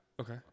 okay